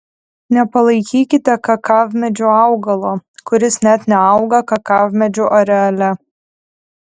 nepalaikykite kakavmedžiu augalo kuris net neauga kakavmedžių areale